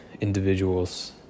individuals